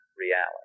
reality